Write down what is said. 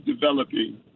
developing